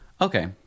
Okay